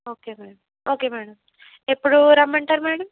okay madam okay madam ఎప్పుడూ రమ్మంటారు madam